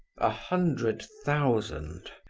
a hundred thousand,